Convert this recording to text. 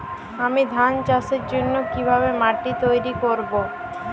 আমি ধান চাষের জন্য কি ভাবে মাটি তৈরী করব?